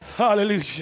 hallelujah